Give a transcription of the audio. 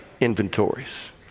inventories